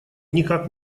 никак